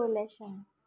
कोलेशान